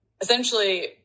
essentially